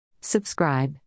Subscribe